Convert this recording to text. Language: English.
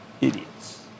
Idiots